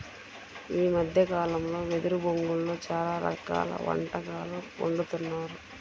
ఈ మద్దె కాలంలో వెదురు బొంగులో చాలా రకాల వంటకాలు వండుతున్నారు